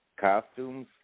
costumes